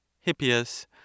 Hippias